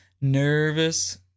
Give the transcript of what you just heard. nervous